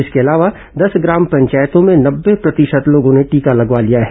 इसके अलावा दस ग्राम पंचायतों में नब्बे प्रतिशत लोगों ने टीका लगवा लिया है